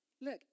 Look